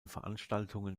veranstaltungen